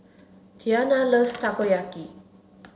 Tianna loves Takoyaki